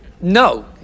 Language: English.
No